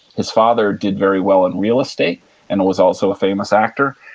his father did very well in real estate and was also a famous actor.